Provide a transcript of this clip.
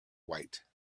white